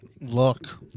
look